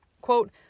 Quote